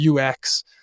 UX